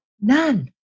None